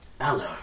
Hello